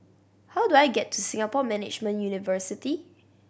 how do I get to Singapore Management University